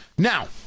Now